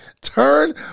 Turn